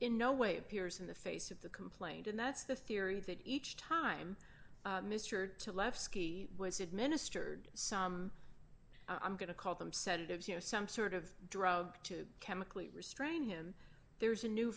in no way appears in the face of the complaint and that's the theory that each time mr to left ski was administered some i'm going to call them sedatives you know some sort of drug to chemically restrain him there's a new